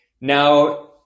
Now